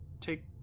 take